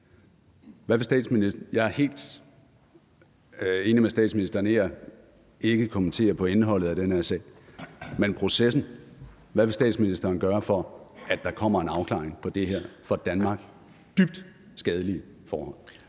Jeg er helt enig med statsministeren i, at man ikke skal kommentere på indholdet i den her sag, men hvad vil statsministeren så gøre med hensyn til processen, for at der kommer en afklaring på det her for Danmark dybt skadelige forhold?